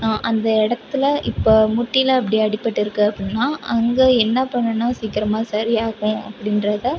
அந்த இடத்துல இப்போ முட்டியில அப்படி அடிபட்டுருக்கு அப்படினா அங்கே என்ன பண்ணனும் சீக்கிரமாக சரியாகும் அப்படின்றத